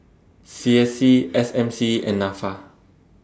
C S C S M C and Nafa